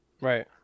Right